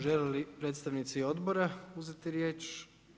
Žele li predstavnici odbora uzeti riječ?